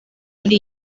muri